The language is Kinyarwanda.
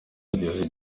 yageze